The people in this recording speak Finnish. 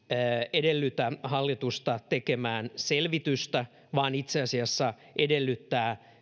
edellytä hallitusta tekemään selvitystä vaan itse asiassa edellyttää